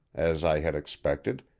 as i had expected,